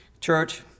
church